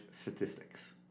statistics